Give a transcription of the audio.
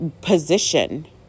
position